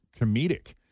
comedic